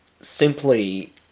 simply